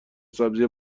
سبزی